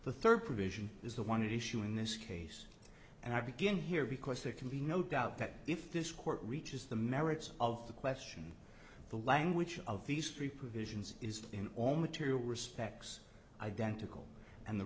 the third provision is the one issue in this case and i begin here because there can be no doubt that if this court reaches the merits of the question the language of these three provisions is that in all material respects identical and the